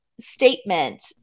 statement